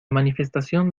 manifestación